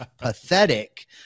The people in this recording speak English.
pathetic